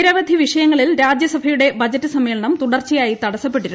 നിരവധി വിഷയങ്ങളിൽ രാജ്യസഭയുടെ ബജറ്റ് സമ്മേളനം തുടർച്ചയായി തടസ്സപ്പെട്ടിരുന്നു